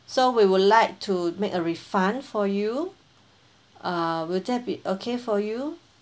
so we would like to make a refund for you uh will that be okay for you